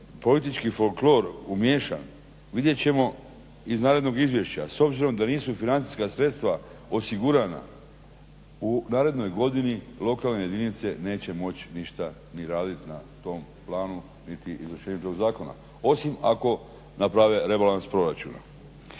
politički folklor umiješan. Vidjet ćemo iz narednog izvješća, s obzirom da nisu financijska sredstva osigurana u narednoj godini lokalne jedinice neće moći ništa ni radit na tom planu, niti izvršenju tog zakona osim ako naprave rebalans proračuna.